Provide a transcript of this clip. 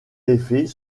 effet